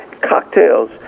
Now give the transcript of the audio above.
cocktails